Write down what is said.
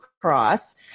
Cross